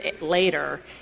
later